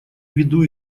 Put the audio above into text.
ввиду